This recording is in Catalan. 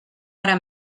hora